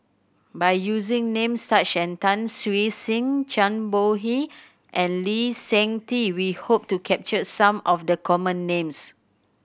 by using names such as Tan Siew Sin Zhang Bohe and Lee Seng Tee we hope to capture some of the common names